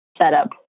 setup